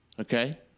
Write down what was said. Okay